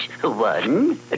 One